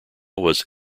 was